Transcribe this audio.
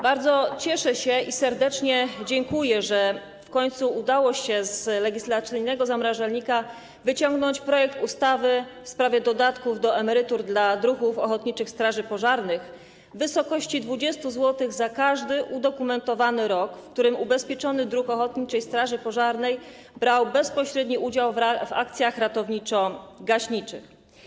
Bardzo cieszę się i serdecznie dziękuję, że w końcu z legislacyjnego zamrażalnika udało się wyciągnąć projekt ustawy w sprawie dodatków do emerytur dla druhów ochotniczych straży pożarnych w wysokości 20 zł za każdy udokumentowany rok, w którym ubezpieczony druh ochotniczej straży pożarnej brał bezpośredni udział w akcjach ratowniczo-gaśniczych.